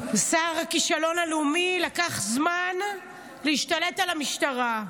לשר הכישלון הלאומי לקח זמן להשתלט על המשטרה.